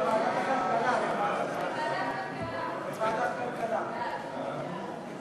ההצעה להפוך את הצעת חוק הגנת הצרכן (תיקון,